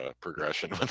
progression